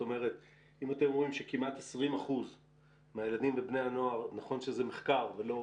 אם אתם רואים שכמעט 20 אחוזים מהילדים ובני הנוער נכון שזה מחקר ולא